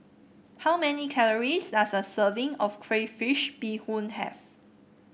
how many calories does a serving of Crayfish Beehoon have